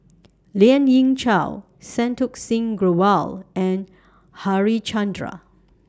Lien Ying Chow Santokh Singh Grewal and Harichandra